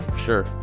sure